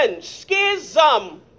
schism